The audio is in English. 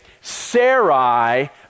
Sarai